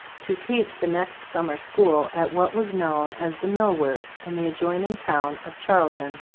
to teach the next summer school at what was known as the mill-ward in the adjoining town of charlton,